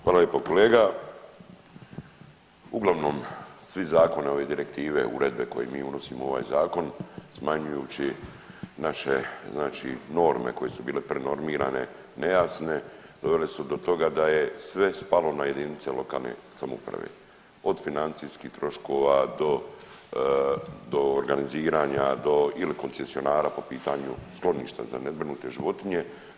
Hvala lijepo, kolega, uglavnom, svi zakoni, ove direktive, uredbe koje mi unosimo u ovaj Zakon smanjujući znači norme koje su bile prenormirane, nejasne, dovele su do toga da je sve spalo na jedinice lokalne samouprave, od financijskih troškova do organiziranja ili koncesionara po pitanju skloništa za nezbrinute životinje.